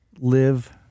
live